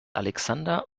alexander